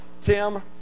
Tim